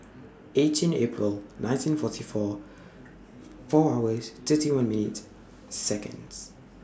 eighteen April nineteen forty four four hours thirty one minutes Seconds